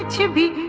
but to be